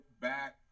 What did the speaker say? Back